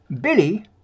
Billy